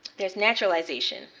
there's naturalization,